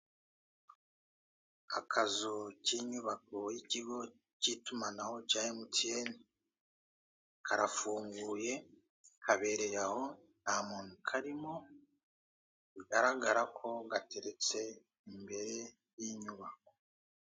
Akazu k'inyubako y'icyigo cy'itumanaho cya MTN karafunguye, kabereye aho nta muntu ukarimo, bigaragara ko gateretse imbere y'inyubako.